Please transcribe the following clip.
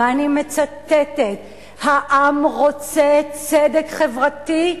ואני מצטטת: "העם רוצה צדק חברתי",